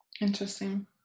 Interesting